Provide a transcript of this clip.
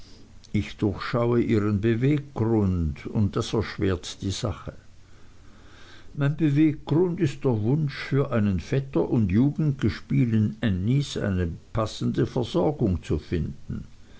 ich durchschaue ihren beweggrund und das erschwert die sache mein beweggrund ist der wunsch für einen vetter und jugendgespielen ännies eine passende versorgung zu finden